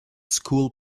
school